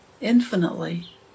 infinitely